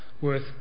worth